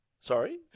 Sorry